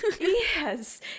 Yes